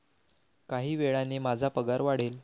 काही वेळाने माझा पगार वाढेल